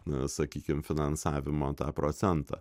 na sakykim finansavimo tą procentą